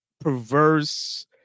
perverse